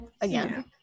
again